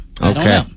Okay